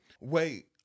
Wait